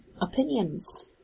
Opinions